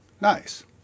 Nice